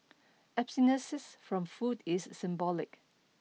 abstinences from food is symbolic